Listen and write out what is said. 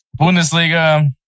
Bundesliga